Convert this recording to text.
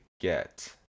get